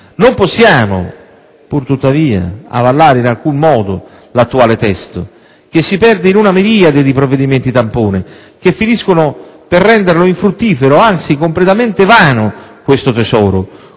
Non possiamo, purtuttavia, avallare in alcun modo l'attuale testo, che si perde in una miriade di provvedimenti tampone che finiscono per rendere infruttifero, anzi completamente vano, questo tesoro.